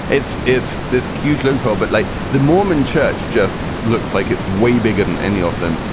it's it's this huge loophole. but like the mormon church just looks like it's way bigger than any of them.